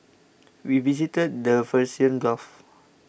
we visited the Persian Gulf